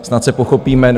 Snad se pochopíme.